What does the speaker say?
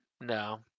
No